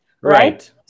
right